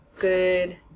good